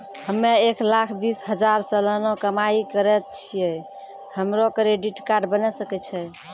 हम्मय एक लाख बीस हजार सलाना कमाई करे छियै, हमरो क्रेडिट कार्ड बने सकय छै?